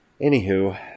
anywho